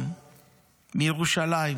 מירושלים.